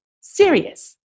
serious